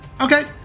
Okay